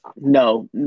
No